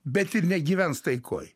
bet negyvens taikoj